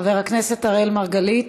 חבר הכנסת אראל מרגלית,